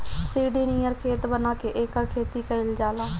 सीढ़ी नियर खेत बना के एकर खेती कइल जाला